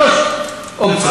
שלוש אופציות.